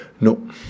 No